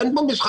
אין פה משחקים.